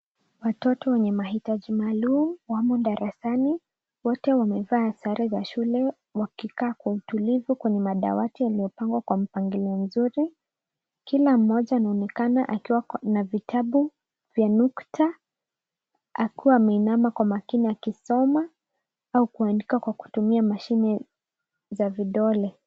Watoto wenye mahitaji maalum wamo darasani. Wote wamevaa sare za shule wakikaa kwa utulivu kwenye madawati yaliyopangwa kwa mpangilio mzuri. Kila mmoja anaonekana akiwa na vitabu vya nukta akiwa ameinama kwa makini akisoma au kuandika kwa kutumia mashine za vidole.